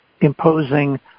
imposing